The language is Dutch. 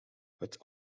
het